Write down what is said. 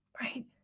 Right